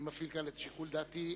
אני מפעיל כאן את שיקול דעתי.